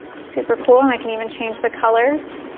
super cool and i can even change the colors.